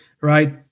right